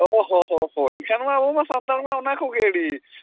ᱚ ᱦᱚᱸ ᱦᱚᱸ ᱦᱚᱸ ᱮᱱᱠᱷᱟᱱᱢᱟ ᱟᱵᱚᱢᱟ ᱥᱟᱱᱛᱟᱲᱢᱟ ᱚᱱᱟ ᱠᱚᱜᱮ ᱟᱹᱰᱤ